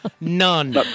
None